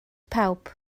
pawb